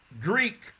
Greek